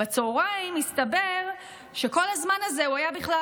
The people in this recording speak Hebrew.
בצוהריים הסתבר שכל הזמן הזה הוא היה בכלל